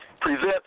present